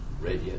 radio